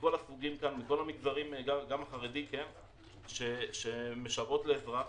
מכל החוגים והמגזרים, גם החרדי, שמשוועות לעזרה.